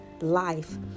life